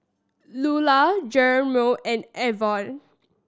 Lular Jeromy and Avon